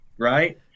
right